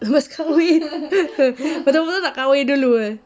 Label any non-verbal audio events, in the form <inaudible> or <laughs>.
lepas kahwin <laughs> betul-betul nak kahwin dulu eh